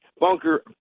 bunker